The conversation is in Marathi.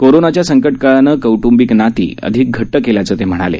कोरोनाच्या या संकटकाळानं कौटंबिक नाती अधिक घटट केल्याचं ते म्हणाले